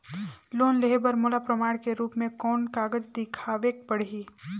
Loan लेहे बर मोला प्रमाण के रूप में कोन कागज दिखावेक पड़ही?